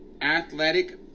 athletic